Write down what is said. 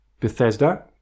Bethesda